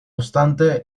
obstante